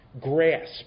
grasp